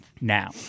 now